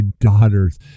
daughters